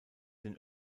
den